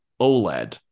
OLED